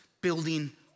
building